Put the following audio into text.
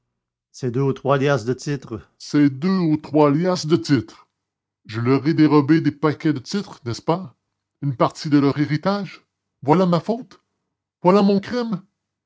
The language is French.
ces deux ou trois liasses de titres ces deux ou trois liasses de titres je leur ai dérobé des paquets de titres n'est-ce pas une partie de leur héritage voilà ma faute voilà mon crime